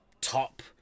top